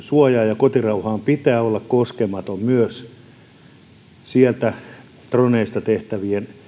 yksityisyydensuojaan ja kotirauhaan pitää olla koskematon myös droneista tehtävän